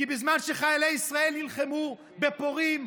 כי בזמן שחיילי ישראל נלחמו בפורעים,